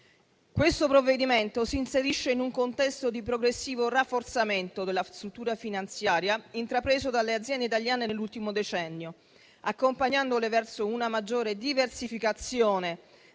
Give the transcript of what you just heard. Questo provvedimento si inserisce in un contesto di progressivo rafforzamento della struttura finanziaria, intrapreso dalle aziende italiane nell'ultimo decennio, accompagnandole verso una maggiore diversificazione